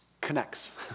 connects